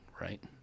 right